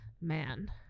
Man